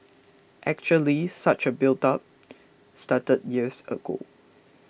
actually such a buildup started years ago